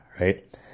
Right